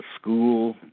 school